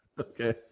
Okay